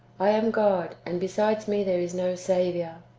i am god, and besides me there is no saviour.